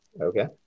okay